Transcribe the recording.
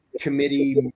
committee